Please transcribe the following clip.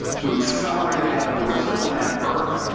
to accelerate ahead of the rest of the planet earth.